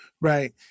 Right